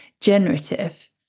generative